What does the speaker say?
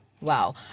Wow